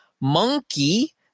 monkey